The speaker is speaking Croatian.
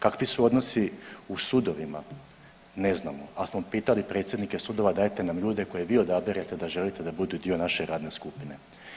Kakvi su odnosi u sudovima, ne znamo ali smo pitali predsjednike sudova dajte nam ljude koje vi odaberete da želite da budu dio naše radne skupine.